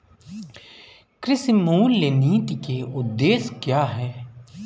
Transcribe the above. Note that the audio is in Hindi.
कृषि मूल्य नीति के उद्देश्य क्या है?